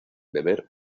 beber